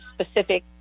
specific